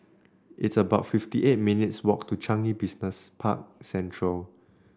it's about fifty eight minutes' walk to Changi Business Park Central